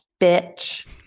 bitch